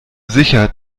sicher